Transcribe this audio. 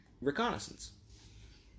reconnaissance